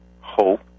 hope